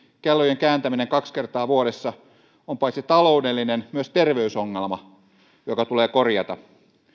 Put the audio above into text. kellojen kääntäminen kaksi kertaa vuodessa on paitsi taloudellinen myös terveysongelma joka tulee korjata